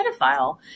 pedophile